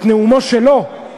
את נאומו שלו,